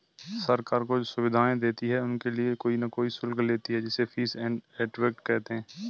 सरकार जो सुविधाएं देती है उनके लिए कोई न कोई शुल्क लेती है जिसे फीस एंड इफेक्टिव कहते हैं